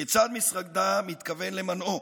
וכיצד משרדה מתכוון למונעו.